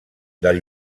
del